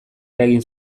eragin